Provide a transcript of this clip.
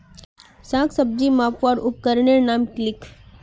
साग सब्जी मपवार उपकरनेर नाम लिख?